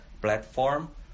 platform